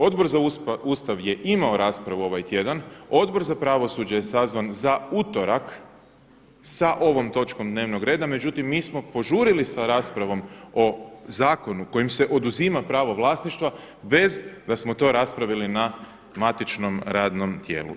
Odbor za Ustav je imao raspravu ovaj tjedan, Odbor za pravosuđe je sazvan za utorak sa ovom točkom dnevnog reda, međutim mi smo požurili sa raspravom o zakonu kojim se oduzima pravo vlasništva bez da smo to raspravili na matičnom radnom tijelu.